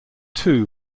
two